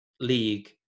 league